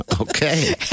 Okay